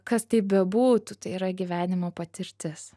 kas tai bebūtų tai yra gyvenimo patirtis